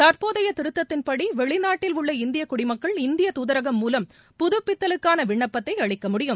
தற்போதைய திருத்தத்தின்படி வெளிநாட்டில் உள்ள இந்திய குடிமக்கள் இந்திய துதரகம் மூலம் புதுப்பித்தலுக்கான விண்ணப்பத்தை அளிக்க முடியும்